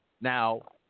Now